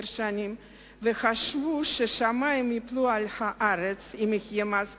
שנים וחשבו שהשמים ייפלו על הארץ אם יהיה מס כזה,